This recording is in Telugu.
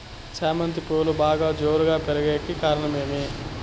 చామంతి పువ్వులు బాగా జోరుగా పెరిగేకి కారణం ఏమి?